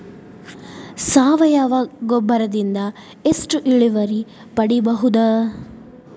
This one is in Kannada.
ಸಾವಯವ ಗೊಬ್ಬರದಿಂದ ಎಷ್ಟ ಇಳುವರಿ ಪಡಿಬಹುದ?